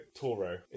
Toro